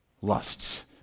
lusts